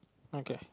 okay